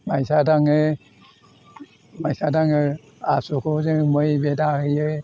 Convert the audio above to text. मायसा दाङो मायसा दाङो आसुखौ जों मै बेदा होयो